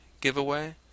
Giveaway